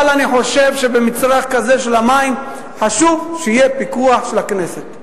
אבל אני חושב שבמצרך כמו המים חשוב שיהיה פיקוח של הכנסת.